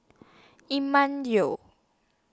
Emma Yeo